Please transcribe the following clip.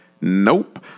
Nope